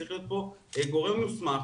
צריך להיות פה גורם מוסמך,